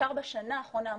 ובעיקר בשנה האחרונה,